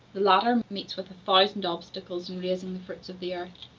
the latter meets with a thousand obstacles in raising the fruits of the earth.